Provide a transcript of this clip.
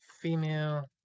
Female